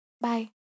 Bye